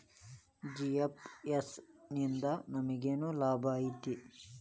GFS ನಿಂದಾ ನಮೆಗೆನ್ ಲಾಭ ಐತಿ?